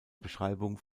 beschreibung